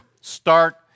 start